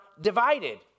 divided